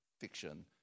fiction